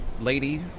Lady